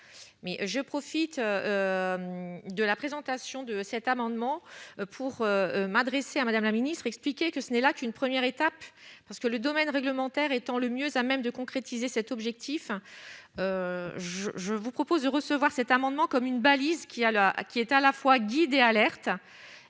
mais je profite. De la présentation de cet amendement pour m'adresser à Madame la ministre expliquait que ce n'est là qu'une première étape parce que le domaine réglementaire étant le mieux à même de concrétiser cet objectif, je vous propose de recevoir cet amendement comme une balise qui a la A, qui est à la fois guidé et à cet